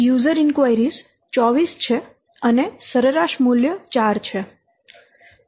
user inquiries 24 છે અને સરેરાશ મૂલ્ય 4 છે